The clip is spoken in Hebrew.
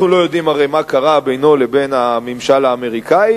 אנחנו לא יודעים הרי מה קרה בינו לבין הממשל האמריקני,